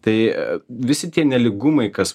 tai visi tie nelygumai kas